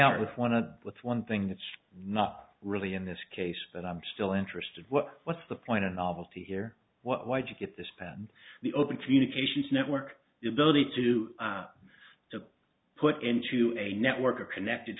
out with one with one thing that's not really in this case but i'm still interested what's the point of novelty here what you get this pattern the open communications network the ability to to put into a network of connected